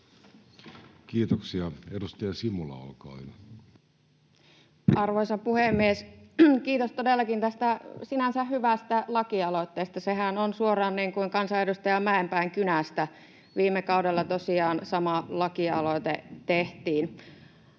muuttamisesta Time: 14:57 Content: Arvoisa puhemies! Kiitos todellakin tästä sinänsä hyvästä laki-aloitteesta, sehän on suoraan niin kuin kansanedustaja Mäenpään kynästä. Viime kaudella tosiaan sama lakialoite tehtiin.